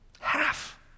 Half